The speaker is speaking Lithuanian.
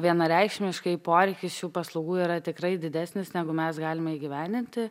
vienareikšmiškai poreikis jų paslaugų yra tikrai didesnis negu mes galime įgyvendinti